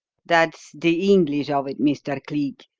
that's the english of it, mr. cleek,